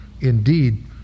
indeed